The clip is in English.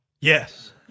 Yes